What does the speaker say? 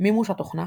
מימוש התוכנה